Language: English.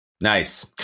Nice